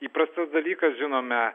įprastas dalykas žinome